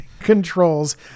controls